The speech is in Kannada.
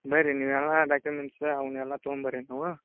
ಬರ್ರಿ ನೀವು ಯಾವ್ಯಾವ ಡಾಕ್ಯುಮೆಂಟ್ಸ್ ಇದಾವೆ ಅವನ್ನೆಲ್ಲ ತೊಗೊಂಡ್ಬರ್ರಿ ನೀವು